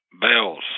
bells